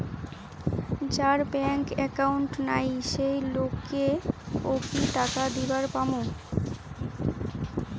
যার bank account নাই সেই লোক কে ও কি টাকা দিবার পামু?